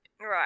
Right